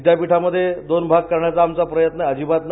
विद्यापीठामध्ये दोन भाग करण्याचा प्रयत्न आमचा आजिबात नाही